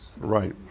Right